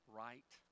right